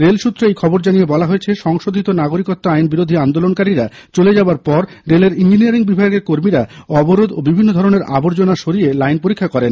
রেলসূত্রে এই খবর জানিয়ে বলা হয়েছে সংশোধিত নাগরিকত্ব আইন বিরোধী আন্দোলনকারীরা চলে যাওয়ার পর রেলের ইঞ্জিনিয়ারিং বিভাগের কর্মীরা অবরোধ ও বিভিন্ন ধরনের আবর্জনা সরিয়ে লাইন পরীক্ষা করেন